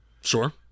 Sure